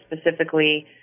specifically